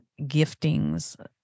giftings